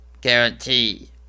guarantee